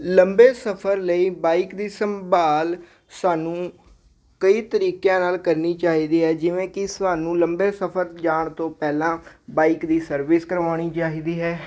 ਲੰਬੇ ਸਫਰ ਲਈ ਬਾਈਕ ਦੀ ਸੰਭਾਲ ਸਾਨੂੰ ਕਈ ਤਰੀਕਿਆਂ ਨਾਲ ਕਰਨੀ ਚਾਹੀਦੀ ਹੈ ਜਿਵੇਂ ਕਿ ਸਾਨੂੰ ਲੰਬੇ ਸਫਰ ਜਾਣ ਤੋਂ ਪਹਿਲਾਂ ਬਾਈਕ ਦੀ ਸਰਵਿਸ ਕਰਵਾਉਣੀ ਚਾਹੀਦੀ ਹੈ